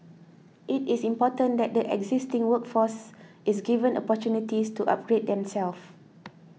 it is important that the existing workforce is given opportunities to upgrade themselves